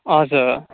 हजुर